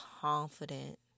confident